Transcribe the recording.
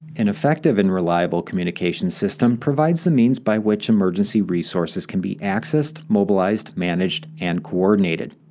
an effective and reliable communications system provides the means by which emergency resources can be accessed, mobilized, managed, and coordinated.